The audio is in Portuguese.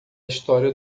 história